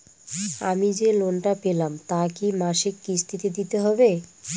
আমি যে লোন টা পেলাম তা কি মাসিক কিস্তি তে দিতে হবে?